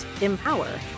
empower